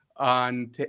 on